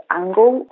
angle